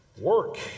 Work